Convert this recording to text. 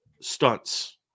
stunts